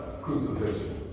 crucifixion